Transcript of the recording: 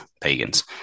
pagans